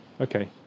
Okay